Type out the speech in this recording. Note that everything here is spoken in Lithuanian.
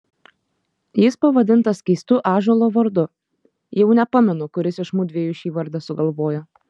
jis pavadintas keistu ąžuolo vardu jau nepamenu kuris iš mudviejų šį vardą sugalvojo